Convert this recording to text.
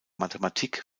mathematik